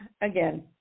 again